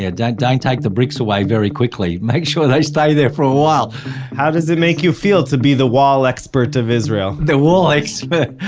yeah, don't take the bricks away very quickly. make sure they stay there for a while how does it make you feel to be the wall expert of israel? the wall expert?